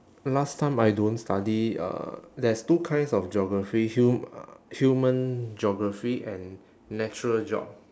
last time I don't study uh there's two kinds of geography hum~ uh human geography and natural geog